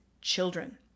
children